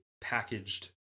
packaged